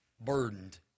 burdened